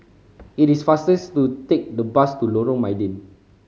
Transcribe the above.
it is faster to take the bus to Lorong Mydin